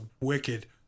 wicked